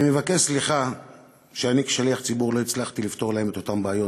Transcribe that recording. אני מבקש סליחה שאני כשליח ציבור לא הצלחתי לפתור להם את אותן בעיות,